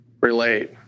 relate